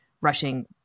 rushing